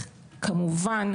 כמובן,